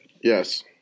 Yes